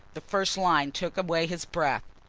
the first line took away his breath.